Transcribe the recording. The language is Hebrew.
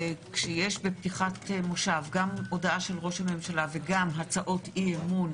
וכשיש בפתיחת מושב גם הודעה של ראש הממשלה וגם הצעות אי-אמון,